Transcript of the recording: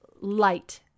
light